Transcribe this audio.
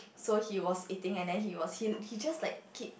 so he was eating and then he was he he just like keep